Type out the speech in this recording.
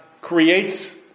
creates